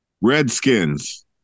Redskins